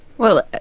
well,